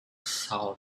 saw